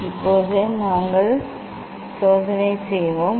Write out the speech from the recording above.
இப்போது நாங்கள் சோதனை செய்வோம்